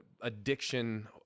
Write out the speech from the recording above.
addiction